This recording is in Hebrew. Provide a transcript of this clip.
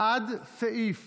מסעיף